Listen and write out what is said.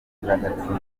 biragatsindwa